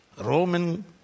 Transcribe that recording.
Roman